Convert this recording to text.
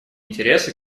интересы